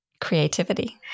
creativity